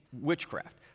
witchcraft